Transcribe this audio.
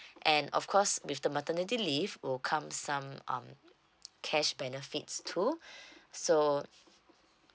and of course with the maternity leave will comes some um cash benefits too so